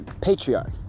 patriarch